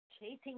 chasing